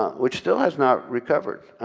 which still has not recovered